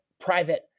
private